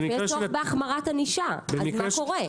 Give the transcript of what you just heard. יש צורך בהחמרת ענישה, אז מה קורה?